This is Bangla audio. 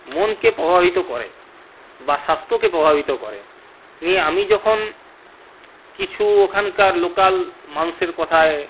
মনকে প্রভাবিত করে বা স্বাস্থ্যকে প্রভাবিত করে নিয়ে আমি যখন কিছু ওখানকার লোকাল মানুষের কথায়